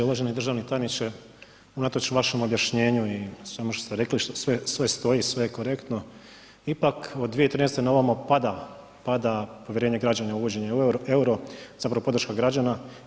Uvaženi državni tajniče, unatoč vašem objašnjenju i svemu što ste rekli, sve stoji i sve je korektno ipak od 2013. na ovamo pada, pada povjerenje građana na uvođenje eura, zapravo podrška građana.